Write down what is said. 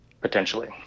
potentially